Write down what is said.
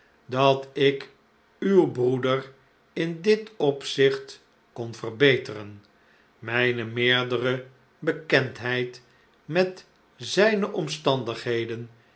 dat ik uw broeder in dit opzicht kon verbeteren mijne meerdere bekendheid met zijne omstandigheden